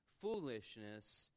foolishness